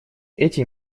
эти